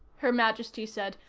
her majesty said,